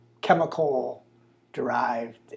chemical-derived